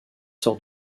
sort